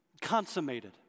consummated